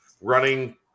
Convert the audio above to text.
running